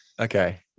okay